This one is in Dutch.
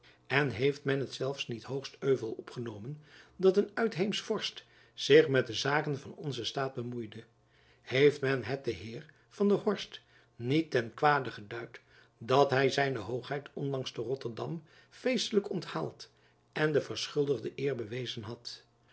en heeft men het zelfs niet hoogst euvel opgenomen dat een uitheemsch vorst zich met de zaken van onzen staat jacob van lennep elizabeth musch bemoeide heeft men het den heer van der horst niet ten kwade geduid dat hy zijne hoogheid onlangs te rotterdam feestelijk onthaald en de verschuldigde eer bewezen had